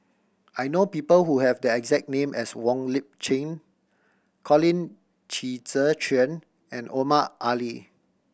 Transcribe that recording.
I know people who have the exact name as Wong Lip Chin Colin Qi Zhe Quan and Omar Ali